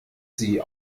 sie